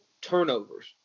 turnovers